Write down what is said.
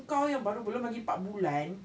kau yang baru belum lagi empat bulan